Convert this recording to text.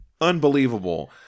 unbelievable